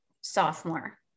sophomore